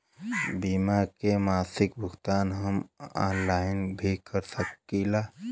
बीमा के मासिक भुगतान हम ऑनलाइन भी कर सकीला?